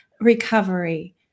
recovery